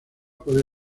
puede